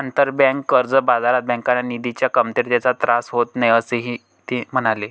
आंतरबँक कर्ज बाजारात बँकांना निधीच्या कमतरतेचा त्रास होत नाही, असेही ते म्हणाले